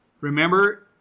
remember